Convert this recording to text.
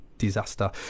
disaster